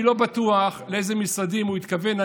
אני לא בטוח לאיזה משרדים הוא התכוון.